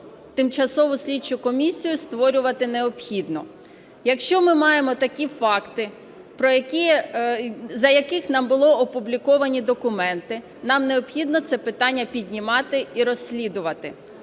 тимчасову слідчу комісію створювати необхідно. Якщо ми маємо такі факти, за якими нам були опубліковані документи, нам необхідно це питання піднімати і розслідувати.